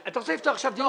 אתה רוצה לפתוח עכשיו דיון?